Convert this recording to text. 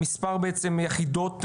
בעצם יחידות במעונות?